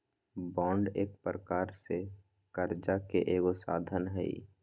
bond एक प्रकार से करजा के एगो साधन हइ